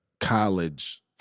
college